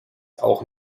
auch